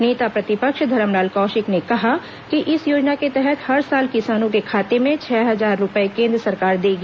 नेता प्रतिपक्ष धरमलाल कौशिक ने कहा कि इस योजना के तहत हर साल किसानों के खाते में छह हजार रूपये केंद्र सरकार देगी